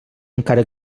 encara